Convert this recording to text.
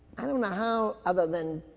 i don't know how, other than,